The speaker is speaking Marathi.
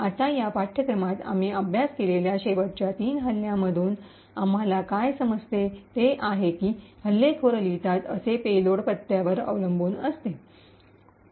आता या पाठ्यक्रमात आम्ही अभ्यास केलेल्या शेवटच्या तीन हल्ल्यांमधून आम्हाला काय समजते ते आहे की हल्लेखोर लिहितात असे पेलोड पत्त्यांवर अवलंबून असते